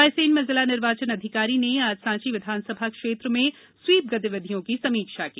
रायसेन में जिला निर्वाचन अधिकारी ने आज सांची विधानसभा क्षेत्र में स्वीप गतिविधियों की समीक्षा की